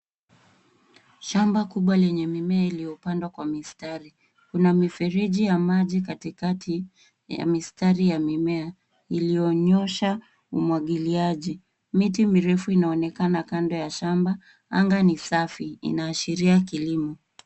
Shamba kubwa lenye mimea iliyopandwa kwa mistari. Kuna mifereji ya maji katikati ya mistari ya mimea, iliyonyoosha umwagiliaji. Miti mirefu inaonekana kando ya shamba. Anga ni safi, inaashiria kilimo.